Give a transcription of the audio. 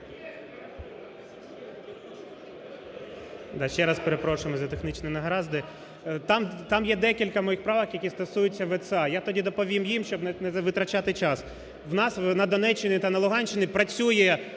Ще раз перепрошуємо за технічні негаразди. Там є декілька моїх правок, які стосуються ВЦА. Я тоді доповім їм, щоб не витрачати час. У нас на Донеччині та на Луганщині працює